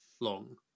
long